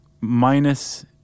minus